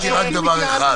השופטים בעצמם